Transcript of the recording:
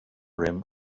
him